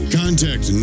contact